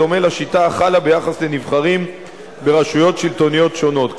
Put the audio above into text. בדומה לשיטה החלה ביחס לנבחרים ברשויות שלטוניות שונות,